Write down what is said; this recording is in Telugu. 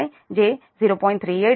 38 j0